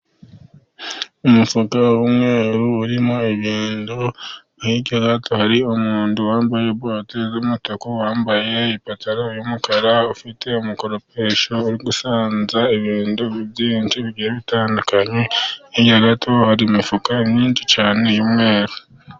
Umufuka w'umweru urimo ibintu hirya yawo hari umuntu wambaye bote z'umutuku, wambaye ipantaro y'umukara ufite umukoropesho uri gusanza ibintu byinshi bigiye bitandukanye, hirya gato hari imifuka myinshi cyane y'umweru.